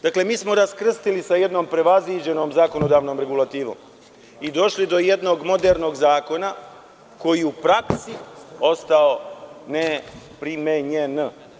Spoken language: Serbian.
Dakle, mi smo raskrstili sa jednom prevaziđenom zakonodavnom regulativom i došli do jednog modernog zakona koji je u praksi ostao ne primenjen.